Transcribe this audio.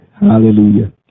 Hallelujah